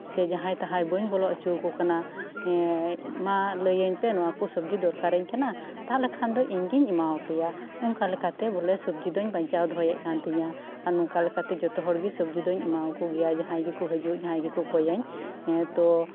ᱥᱮ ᱡᱟᱸᱦᱟᱭ ᱛᱟᱦᱟᱭ ᱵᱟᱹᱧ ᱵᱚᱞᱚ ᱦᱚᱪᱚ ᱟᱠᱚ ᱠᱟᱱᱟ ᱢᱟ ᱞᱟᱹᱭᱟᱹᱧ ᱯᱮ ᱱᱚᱣᱟ ᱠᱚ ᱥᱚᱵᱡᱤ ᱫᱚᱨᱠᱟᱨ ᱤᱧ ᱠᱟᱱᱟ ᱠᱚᱭ ᱞᱮᱠᱷᱟᱱ ᱫᱚ ᱤᱧ ᱜᱤᱧ ᱮᱢᱟ ᱟᱯᱮᱭᱟ ᱚᱱᱠᱟ ᱞᱮᱠᱟᱛᱮ ᱵᱚᱞᱮ ᱥᱚᱵᱡᱤ ᱫᱚᱧ ᱵᱟᱧᱪᱟᱣ ᱫᱚᱦᱚᱭᱮᱫ ᱠᱟᱱ ᱛᱤᱧᱟ ᱱᱚᱝᱠᱟ ᱞᱮᱠᱟᱛᱮ ᱡᱚᱛᱚ ᱦᱚᱲᱜᱮ ᱥᱚᱵᱡᱤ ᱫᱚᱧ ᱮᱢᱟ ᱟᱠᱚᱣᱟ ᱡᱟᱸᱦᱟᱭ ᱜᱮᱠᱚ ᱦᱤᱡᱩᱜ ᱡᱟᱸᱦᱟᱭ ᱜᱮᱠᱚ ᱠᱚᱭᱤᱧ